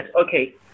okay